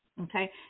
okay